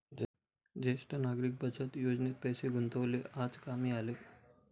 ज्येष्ठ नागरिक बचत योजनेत पैसे गुंतवणे आज कामी आले